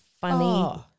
funny